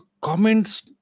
comments